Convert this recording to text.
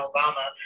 Obama